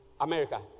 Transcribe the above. America